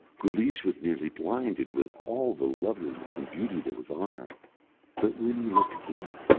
guleesh was nearly blinded with all the loveliness and beauty that was on her but when he looked again,